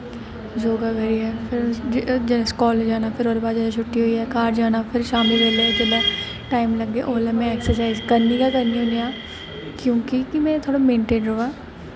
योगा करियै फिर कॉलेज़ जाना फिर ओह्दे बाद छुट्टी होई जा घर जाना फिर शामीं बेल्लै जेल्लै टाइम लग्गै ओल्लै में एक्सरसाइज करनी गै करनी होनी आं क्योंकि में थोह्ड़ा मेंटेन र'वां